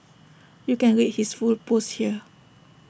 you can read his full post here